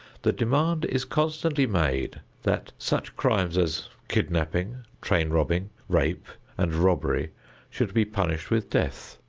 the demand is constantly made that such crimes as kidnapping, train robbing, rape and robbery should be punished with death,